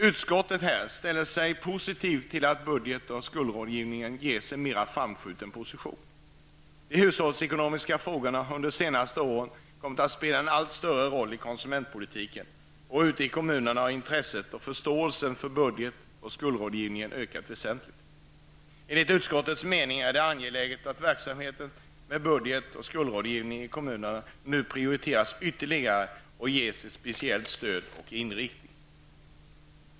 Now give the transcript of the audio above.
Utskottet ställer sig positivt till att budget och skuldrådgivning ges en mer framskjuten position. De hushållsekonomiska frågorna har under de senaste åren kommit att spela en allt större roll i konsumentpolitiken, och ute i kommunerna har intresset och förståelsen för budget och skuldrådgivning ökat väsentligt. Enligt utskottets mening är det angeläget att verksamheten med budget och skuldrådgivning i kommunerna prioriteras ytterligare och ges ett speciellt stöd och en speciell inriktning.